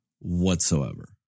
whatsoever